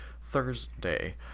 Thursday